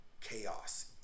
chaos